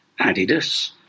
Adidas